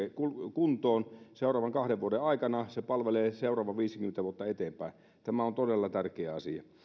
kuntoon seuraavan kahden vuoden aikana se palvelee seuraavat viisikymmentä vuotta eteenpäin tämä on todella tärkeä asia